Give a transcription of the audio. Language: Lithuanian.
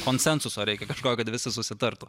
konsensuso reikia kažko kad visi susitartų